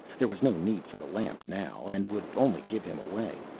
there was no need for the lamp now and would only give him away.